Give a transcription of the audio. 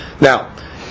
Now